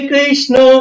Krishna